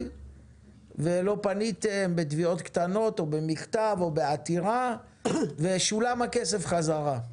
ולא פניתם בתביעות קטנות או במכתב או בעתירה ושולם הכסף חזרה.